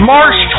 March